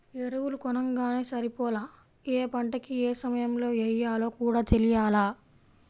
ఎరువులు కొనంగానే సరిపోలా, యే పంటకి యే సమయంలో యెయ్యాలో కూడా తెలియాల